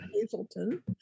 Hazleton